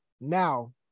now